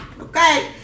Okay